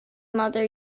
mother